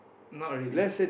not really